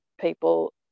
people